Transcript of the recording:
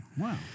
Wow